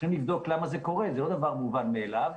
צריכים לבדוק למה זה קורה, זה לא דבר מובן מאליו.